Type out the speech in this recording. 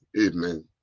Amen